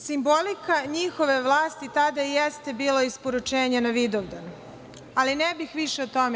Simbolika njihove vlasti tada jeste bilo isporučenje na Vidovdan, ali ne bih više o tome.